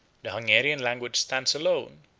the hungarian language stands alone,